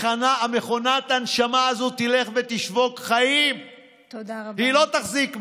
מכונת ההנשמה הזאת תלך ותשבוק חיים והיא לא תחזיק מעמד,